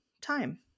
time